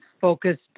focused